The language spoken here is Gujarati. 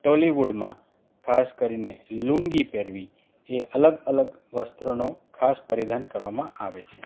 ટોલીવુડમાં ખાસ કરીને લુંગી પહેરવી એ અલગ અલગ વસ્ત્રનો ખાસ પરિધાન કરવામાં આવે છે